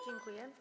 Dziękuję.